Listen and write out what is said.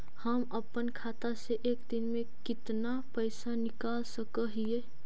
हम अपन खाता से एक दिन में कितना पैसा निकाल सक हिय?